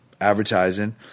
advertising